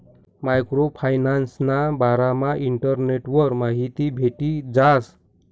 micro फायनान्सना बारामा इंटरनेटवर माहिती भेटी जास